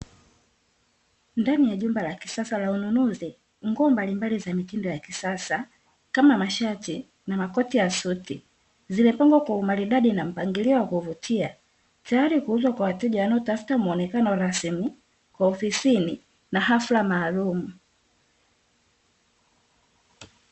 Ndani ya jumba la kisasa la ununuzi, nguo mbalimbali za mitindo ya kisasa kama mashati na makoti ya suti zimepangwa kwa umaridadi na mpangilio wa kuvutia, tayari kuuzwa kwa wateja wanaotafuta muonekano rasmi kwa ofisini na hafla maalumu.